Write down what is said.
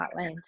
heartland